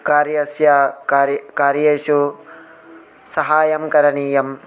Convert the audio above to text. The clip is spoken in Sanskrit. कार्यस्य कार् कार्येषु साहाय्यं करणीयम्